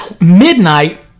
midnight